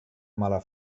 mala